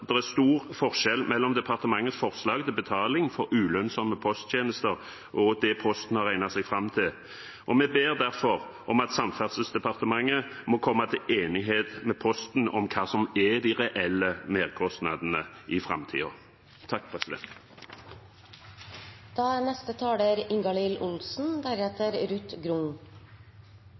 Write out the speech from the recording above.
det er stor forskjell, både i neste års budsjett og i inneværende år, mellom departementets forslag til betaling for ulønnsomme posttjenester og det Posten har regnet seg fram til. Vi ber derfor om at Samferdselsdepartementet må komme til enighet med Posten om hva som er de reelle merkostnadene i framtiden. Finnmark er